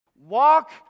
Walk